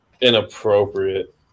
Inappropriate